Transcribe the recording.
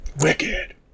Wicked